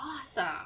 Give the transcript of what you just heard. awesome